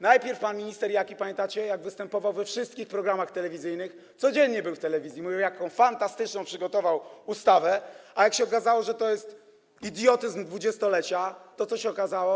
Najpierw pan minister Jaki - pamiętacie, jak występował we wszystkich programach telewizyjnych, codziennie był w telewizji - mówił, jaką fantastyczną przygotował ustawę, a jak się okazało, że to jest idiotyzm 20-lecia, to co się stało?